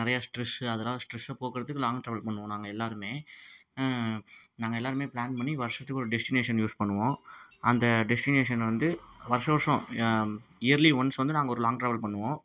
நிறையா ஸ்ட்ரெஸ்ஸு அதெல்லாம் ஸ்ட்ரெஸ்ஸை போக்குறத்துக்கு லாங் ட்ராவல் பண்ணுவோம் நாங்கள் எல்லோருமே நாங்கள் எல்லோருமே ப்ளான் பண்ணி வருஷத்துக்கு ஒரு டெஸ்டினேஷன் யூஸ் பண்ணுவோம் அந்த டெஸ்டினேஷன் வந்து வருடா வருடம் இயர்லி ஒன்ஸ் வந்து நாங்கள் ஒரு லாங் ட்ராவல் பண்ணுவோம்